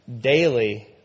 daily